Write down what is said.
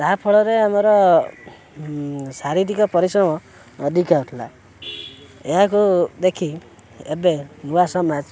ଯାହାଫଳରେ ଆମର ଶାରୀରିକ ପରିଶ୍ରମ ଅଧିକା ହେଉଥିଲା ଏହାକୁ ଦେଖି ଏବେ ନୂଆ ସମାଜ